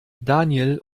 daniel